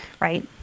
right